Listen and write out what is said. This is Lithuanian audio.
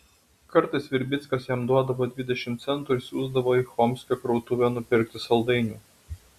kartais virbickas jam duodavo dvidešimt centų ir siųsdavo į chomskio krautuvę nupirkti saldainių